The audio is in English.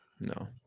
No